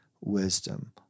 wisdom